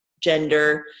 gender